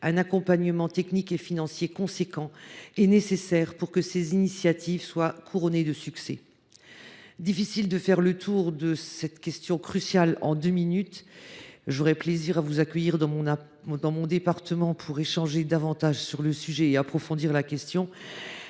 un accompagnement technique et financier important est nécessaire pour que ces initiatives soient couronnées de succès. Il est difficile de faire le tour de cette question cruciale en deux minutes, madame la secrétaire d’État. Aussi, j’aurais plaisir à vous accueillir dans mon département pour échanger davantage sur le sujet et approfondir la question.